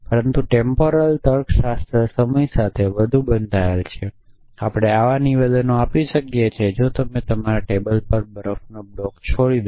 પરંતુ ટેમ્પોરલ તર્કશાસ્ત્ર સમય સાથે વધુ બંધાયેલા છે આપણે આવા નિવેદનો આપી શકીએ છીએ કે જો તમે તમારા ટેબલ પર બરફનો બ્લોક છોડી દો